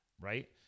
Right